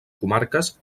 comarques